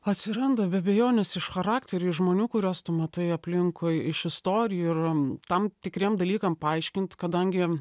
atsiranda be abejonės iš charakterių iš žmonių kuriuos tu matai aplinkui iš istorijų ir tam tikriem dalykam paaiškint kadangi